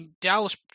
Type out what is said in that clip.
Dallas